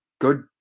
good